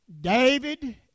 David